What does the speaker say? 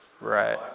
Right